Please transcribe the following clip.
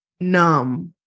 numb